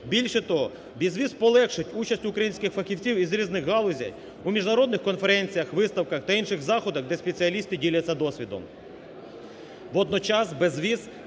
Більше того, безвіз полегшить участь українських фахівців із різних галузей у міжнародних конференціях, виставках та інших заходах, де спеціалісти діляться досвідом.